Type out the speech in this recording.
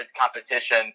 competition